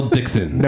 Dixon